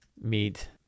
meet